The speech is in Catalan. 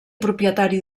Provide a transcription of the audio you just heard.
propietari